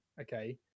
Okay